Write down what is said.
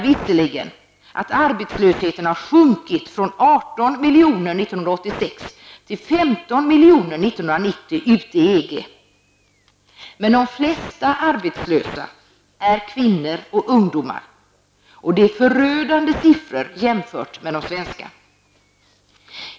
Visserligen har arbetslösheten i 1990, men de flesta arbetslösa är kvinnor och ungdomar, och det är förödande siffror jämfört med de svenska.